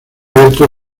abierto